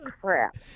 crap